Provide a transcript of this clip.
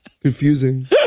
confusing